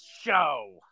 Show